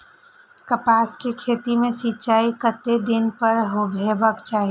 कपास के खेती में सिंचाई कतेक दिन पर हेबाक चाही?